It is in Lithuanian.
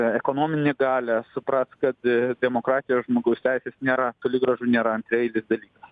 ekonominę galią supras kad demokratijoje žmogaus teisės nėra toli gražu nėra antraeilis dalykas